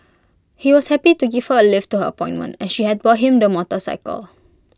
he was happy to give her A lift to her appointment as she had bought him the motorcycle